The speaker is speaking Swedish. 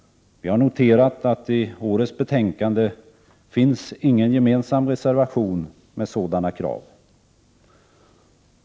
Vi har noterat att det i årets betänkande inte finns någon gemensam reservation med sådana krav.